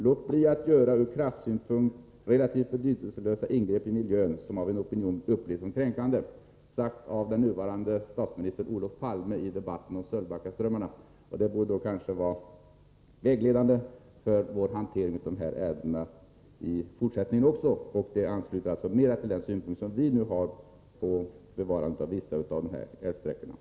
Låt bli att göra ur kraftsynpunkt relativt betydelselösa ingrepp i miljön, som av en opinion upplevs som kränkande!” Sagt av den nuvarande statsministern Olof Palme i debatten om Sölvbackaströmmarna. Detta borde vara vägledande för vår hantering av dessa frågor i fortsättningen också. Det ansluter sig mer till den synpunkt som vi nu har på bevarandet av vissa av de här älvsträckorna.